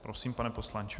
Prosím, pane poslanče.